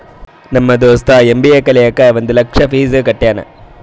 ನಮ್ ದೋಸ್ತ ಎಮ್.ಬಿ.ಎ ಕಲಿಲಾಕ್ ಒಂದ್ ಲಕ್ಷ ಫೀಸ್ ಕಟ್ಯಾನ್